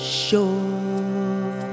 sure